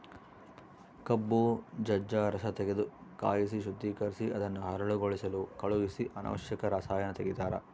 ಕಬ್ಬು ಜಜ್ಜ ರಸತೆಗೆದು ಕಾಯಿಸಿ ಶುದ್ದೀಕರಿಸಿ ಅದನ್ನು ಹರಳುಗೊಳಿಸಲು ಕಳಿಹಿಸಿ ಅನಾವಶ್ಯಕ ರಸಾಯನ ತೆಗಿತಾರ